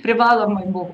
privalomai buvo